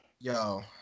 yo